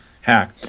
hack